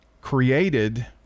created